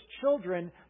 children